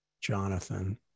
Jonathan